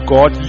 God